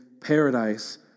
paradise